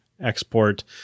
export